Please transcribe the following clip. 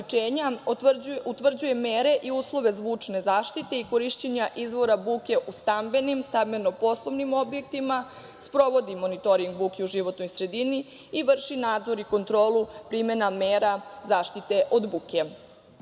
utvrđuje mere i uslove zvučne zaštite i korišćenja izvora buke u stambenim, stambeno-poslovnim objektima, sprovodi monitoring buke u životnoj sredini i vrši nadzor i kontrolu primena mera zaštite od